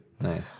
Nice